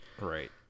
Right